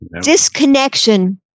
disconnection